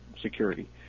security